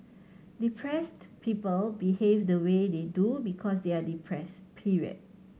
depressed people behave the way they do because they are depressed period